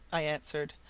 i answered.